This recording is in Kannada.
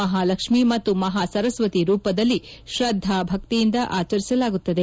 ಮಹಾಲಕ್ಷ್ಮಿ ಮತ್ತು ಮಹಾ ಸರಸ್ವತಿ ರೂಪದಲ್ಲಿ ತ್ರದ್ದಾಧಕಿಯಿಂದ ಆಚರಿಸಲಾಗುತ್ತದೆ